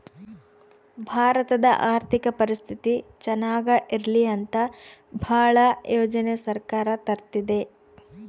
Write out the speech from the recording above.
ಭಾರತದ ಆರ್ಥಿಕ ಪರಿಸ್ಥಿತಿ ಚನಾಗ ಇರ್ಲಿ ಅಂತ ಭಾಳ ಯೋಜನೆ ಸರ್ಕಾರ ತರ್ತಿದೆ